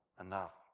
enough